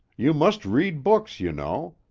you must read books, you know.